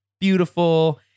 beautiful